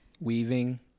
Weaving